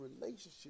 relationship